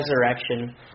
resurrection